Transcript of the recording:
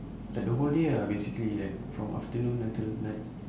like the whole day ah basically like from afternoon until night